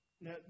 Now